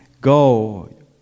go